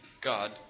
God